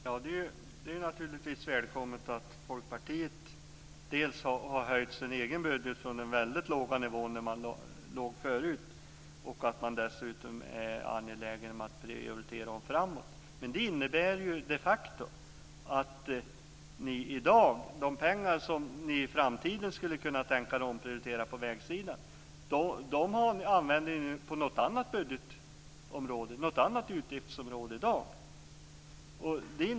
Fru talman! Det är ju naturligtvis välkommet att Folkpartiet har höjt sin budget från den mycket låga nivå där man låg tidigare. Dessutom är man angelägen att prioritera några år framåt. Men det innebär ju de facto att de pengar som ni i framtiden kan tänka er att omprioritera till vägsidan använder ni på något annat utgiftsområde i dag.